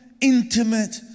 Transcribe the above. intimate